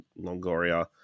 Longoria